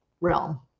realm